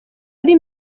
muri